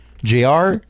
JR